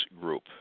group